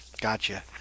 Gotcha